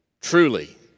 truly